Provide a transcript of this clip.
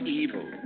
evil